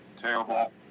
Terrible